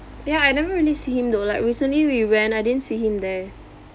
ya I never really see him though like recently we went I didn't see him there